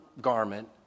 garment